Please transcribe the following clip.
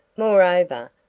moreover,